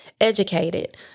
educated